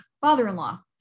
father-in-law